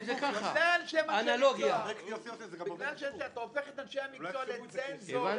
בגלל שאתה הופך את אנשי המקצוע לצנזורים.